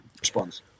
response